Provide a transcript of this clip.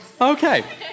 Okay